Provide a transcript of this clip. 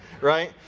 right